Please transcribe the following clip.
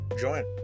join